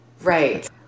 Right